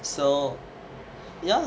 so ya